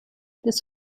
this